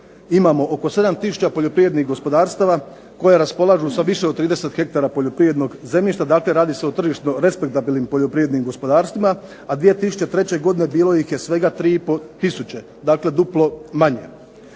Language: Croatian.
imamo oko 7 tisuća poljoprivrednih gospodarstava koja raspolažu sa više od 30 hektara poljoprivrednog zemljišta. Dakle, radi se o tržišno respektabilnim poljoprivrednim gospodarstvima. A 2003. godine bilo ih je svega 3,5 tisuće. Dakle, duplo manje.